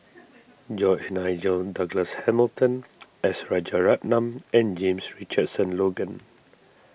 George Nigel Douglas Hamilton S Rajaratnam and James Richardson Logan